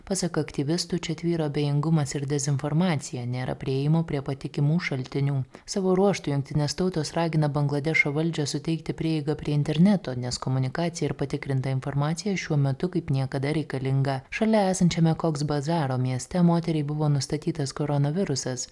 pasak aktyvistų čia tvyro abejingumas ir dezinformacija nėra priėjimo prie patikimų šaltinių savo ruožtu jungtinės tautos ragina bangladešo valdžią suteikti prieigą prie interneto nes komunikacija ir patikrinta informacija šiuo metu kaip niekada reikalinga šalia esančiame koksbazaro mieste moteriai buvo nustatytas koronavirusas